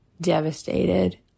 devastated